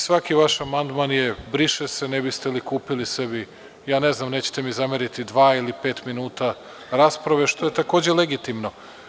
Svaki vaš amandman je „briše se“, ne biste li kupili sebi, ja ne znam nećete mi zameriti dva ili pet minuta rasprave, što je takođe legitimno.